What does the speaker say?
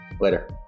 Later